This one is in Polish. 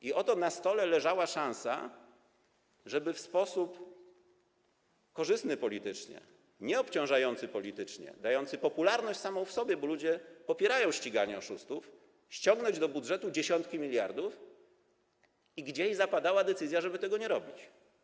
I oto na stole leżała szansa, żeby w sposób korzystny politycznie, nieobciążający politycznie, dający popularność samą w sobie, bo ludzie popierają ściganie oszustów, ściągnąć do budżetu dziesiątki miliardów, a gdzieś zapadła decyzja, żeby tego nie robić.